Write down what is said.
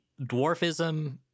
dwarfism